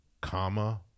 comma